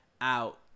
out